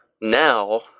Now